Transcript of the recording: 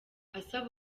asaba